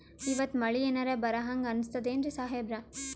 ಇವತ್ತ ಮಳಿ ಎನರೆ ಬರಹಂಗ ಅನಿಸ್ತದೆನ್ರಿ ಸಾಹೇಬರ?